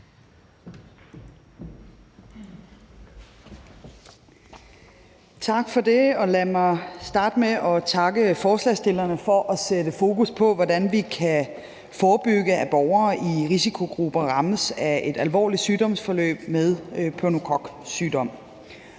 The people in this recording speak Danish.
Tak for det. Lad mig starte med at takke forslagsstillerne for at sætte fokus på, hvordan vi kan forebygge, at borgere i risikogrupper rammes af et alvorligt sygdomsforløb med pneumokoksygdom.